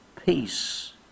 peace